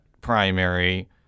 primary